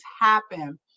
happen